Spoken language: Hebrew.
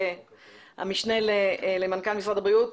המשנה למנכ"ל משרד הבריאות,